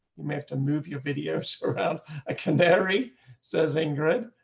you may have to move your videos around a canary says ingrid,